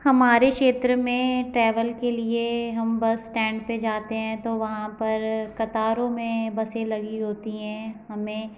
हमारे क्षेत्र में ट्रेवल के लिए हम बस स्टैंड पर जाते हैं तो वहाँ पर कतारों में बसें लगी होती हैं हमें